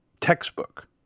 Textbook